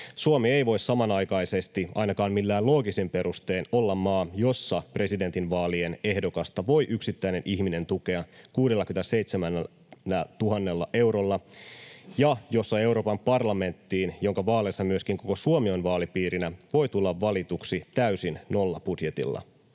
Suomi ei voi samanaikaisesti ainakaan millään loogisilla perusteilla olla maa, jossa presidentinvaalien ehdokasta voi yksittäinen ihminen tukea 67 000 eurolla ja jossa Euroopan parlamenttiin, jonka vaaleissa myöskin koko Suomi on vaalipiirinä, voi tulla valituksi täysin nollabudjetilla.